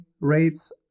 rates